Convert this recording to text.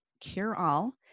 cure-all